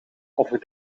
over